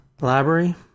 Library